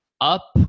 up